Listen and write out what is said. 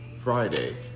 Friday